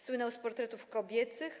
Słynął z portretów kobiecych.